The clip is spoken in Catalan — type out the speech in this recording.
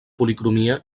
policromia